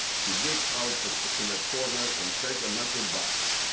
he dig out in a corner and take a metal box.